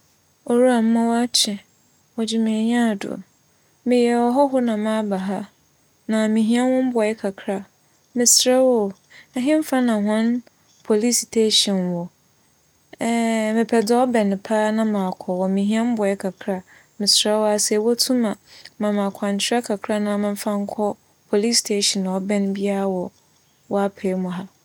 Owura, mema wo akye wͻgye me enyiado. Meyɛ ͻhͻho na maba ha na mehia wo mboa kakra. Meserɛ wo o, hemfa na hͻn poliͻe station wͻ. Mepɛ dza ͻbɛn paa na makͻ hͻ. Mehia mboa kakra meserɛ wo sɛ ibotum a ma me akwankyerɛ kakra na memfa nkͻ poliͻe station a ͻbɛn biara wͻ w'apaamu ha.